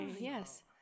Yes